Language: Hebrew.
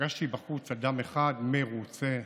פגשתי בחוץ אדם אחד מרוצה.